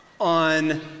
on